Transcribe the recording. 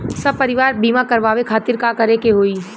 सपरिवार बीमा करवावे खातिर का करे के होई?